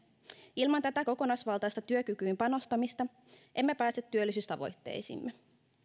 ilman tätä kokonaisvaltaista työkykyyn panostamista emme pääse työllisyystavoitteisiimme